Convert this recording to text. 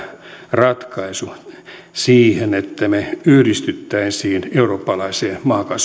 ratkaisu siihen että me yhdistyisimme eurooppalaiseen